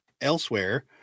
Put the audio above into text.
Elsewhere